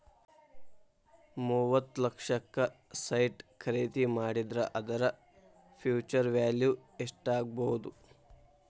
ಮೂವತ್ತ್ ಲಕ್ಷಕ್ಕ ಸೈಟ್ ಖರಿದಿ ಮಾಡಿದ್ರ ಅದರ ಫ್ಹ್ಯುಚರ್ ವ್ಯಾಲಿವ್ ಯೆಸ್ಟಾಗ್ಬೊದು?